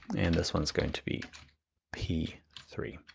and this one's going to be p three.